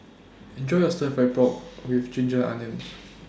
Enjoy your Stir Fried Pork with Ginger Onions